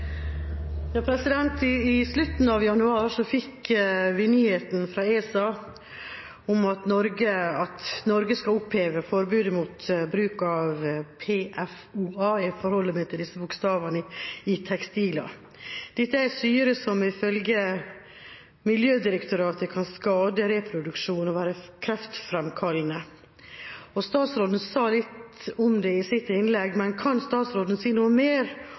I slutten av januar fikk vi nyheten fra ESA om at Norge skal oppheve forbudet mot bruk av PFOA – jeg forholder meg til disse bokstavene – i tekstiler. Dette er syre som ifølge Miljødirektoratet kan skade reproduksjonen og være kreftfremkallende. Statsråden sa litt om det i sitt innlegg, men kan statsråden si noe mer